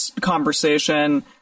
conversation